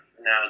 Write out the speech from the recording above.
now